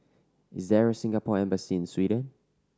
is there Singapore Embassy Sweden